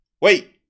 Wait